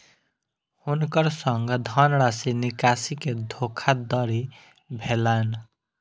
हुनकर संग धनराशि निकासी के धोखादड़ी भेलैन